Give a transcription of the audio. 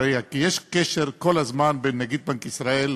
הרי יש קשר כל הזמן בין נגיד בנק ישראל,